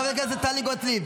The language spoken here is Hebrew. --- חברת הכנסת טלי גוטליב.